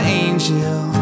angel